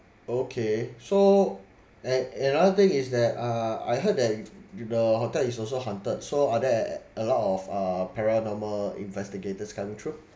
okay so and another thing is that uh I heard that it the hotel is also haunted so are there at at a lot of uh paranormal investigators coming through